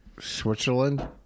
Switzerland